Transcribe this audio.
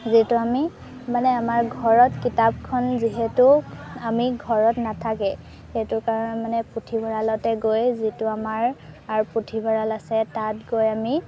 যিটো আমি মানে আমাৰ ঘৰত কিতাপখন যিহেতু আমি ঘৰত নাথাকে সেইটো কাৰণে মানে পুথিভঁৰালতে গৈ যিটো আমাৰ পুথিভঁৰাল আছে তাত গৈ আমি